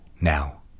Now